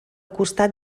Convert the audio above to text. costat